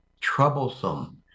troublesome